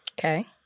Okay